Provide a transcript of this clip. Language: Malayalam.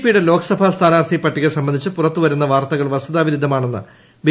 പിയുടെ ലോക്സഭാ സ്ഥാനാർത്ഥി പട്ടിക സംബന്ധിച്ച് പുറത്തു വരുന്ന വാർത്തകൾ വസ്തുതാ വിരുദ്ധമാണെന്ന് ബി